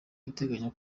iteganya